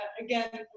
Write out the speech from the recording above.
again